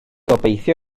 gobeithio